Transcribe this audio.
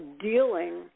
dealing